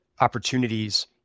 opportunities